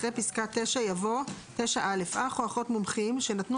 אחרי פסקה (9) יבוא: "(9א) אח או אחות מומחים שנתנו